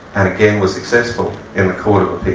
and again was successful in